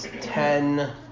ten